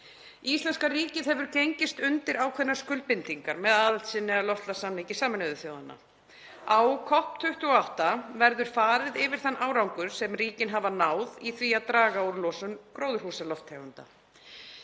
Íslenska ríkið hefur gengist undir ákveðnar skuldbindingar með aðild sinni að loftslagssamningi Sameinuðu þjóðanna. Á COP28 verður farið yfir þann árangur sem ríkin hafa náð í því að draga úr losun gróðurhúsalofttegunda.